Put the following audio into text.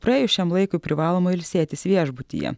praėjus šiam laikui privaloma ilsėtis viešbutyje